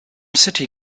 city